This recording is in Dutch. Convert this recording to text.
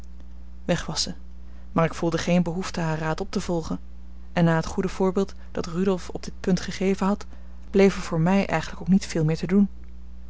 weg was zij maar ik voelde geene behoefte haar raad op te volgen en na het goede voorbeeld dat rudolf op dit punt gegeven had bleef er voor mij eigenlijk ook niet veel meer te doen